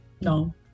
No